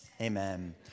amen